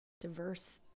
diverse